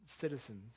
citizens